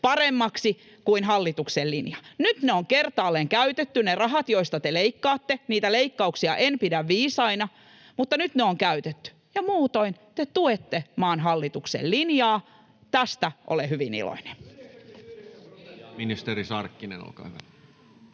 paremmaksi kuin hallituksen linja. Nyt on kertaalleen käytetty ne rahat, joista te leikkaatte. Niitä leikkauksia en pidä viisaina, mutta nyt ne on käytetty, ja muutoin te tuette maan hallituksen linjaa. Tästä olen hyvin iloinen. [Speech 49] Speaker: